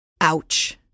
Ouch